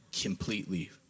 completely